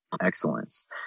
excellence